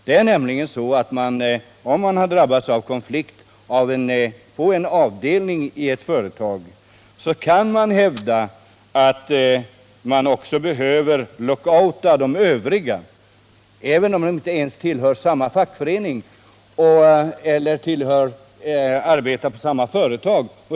Det är nämligen så att om en avdelning i ett företag drabbas av en konflikt, så kan man hävda att man också behöver lockouta arbetarna i övriga avdelningar, även om de inte ens tillhör samma fackförening eller arbetar på samma företag.